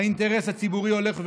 האינטרס הציבורי הולך ונעלם,